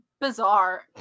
bizarre